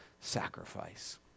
sacrifice